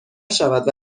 شود